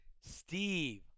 Steve